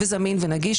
וזמין ונגיש,